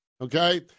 Okay